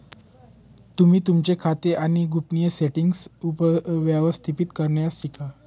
तुम्ही तुमचे खाते आणि गोपनीयता सेटीन्ग्स व्यवस्थापित करण्यास शिका